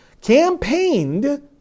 campaigned